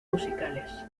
musicales